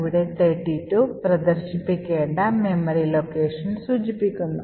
ഇവിടെ 32 പ്രദർശിപ്പിക്കേണ്ട memory locations സൂചിപ്പിക്കുന്നു